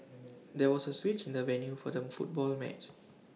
there was A switch in the venue for them football match